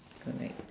correct